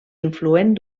influent